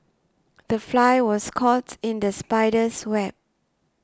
the fly was caught in the spider's web